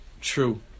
true